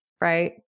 right